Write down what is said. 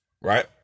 right